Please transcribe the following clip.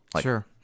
Sure